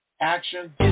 action